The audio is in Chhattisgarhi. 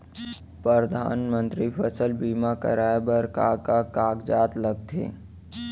परधानमंतरी फसल बीमा कराये बर का का कागजात लगथे?